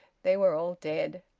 they were all dead.